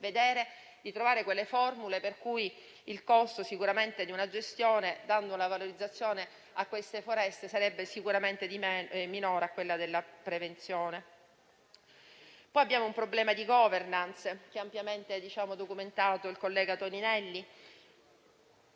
di trovare formule per cui il costo di una gestione, dando una valorizzazione alle foreste, sarebbe sicuramente minore a quello della prevenzione. Poi abbiamo un problema di *governance,* che ha ampiamente documentato il collega Toninelli